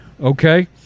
Okay